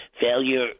failure